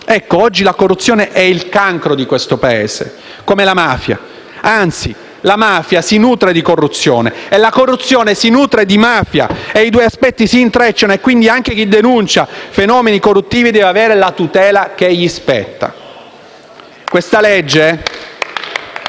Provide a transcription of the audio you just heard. mafia. Oggi la corruzione è il cancro di questo Paese, come la mafia; anzi, la mafia si nutre di corruzione e la corruzione si nutre di mafia. I due aspetti si intrecciano e anche chi denuncia fenomeni corruttivi deve avere la tutela che gli spetta. *(Applausi